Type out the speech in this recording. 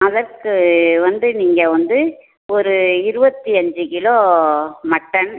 அதற்கு வந்து நீங்கள் வந்து ஒரு இருபத்தி அஞ்சு கிலோ மட்டன்